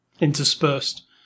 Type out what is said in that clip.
interspersed